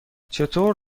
چطور